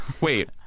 Wait